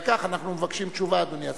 על כך אנחנו מבקשים תשובה, אדוני השר.